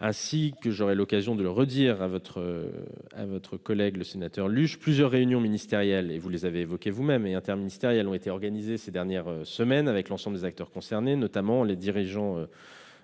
Ainsi que j'aurai l'occasion de le redire à votre collègue le sénateur Luche, plusieurs réunions ministérielles et interministérielles ont été organisées ces dernières semaines avec l'ensemble des acteurs concernés, notamment les dirigeants du